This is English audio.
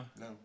No